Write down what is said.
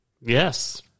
Yes